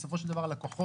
בסופו של דבר הלקוחות,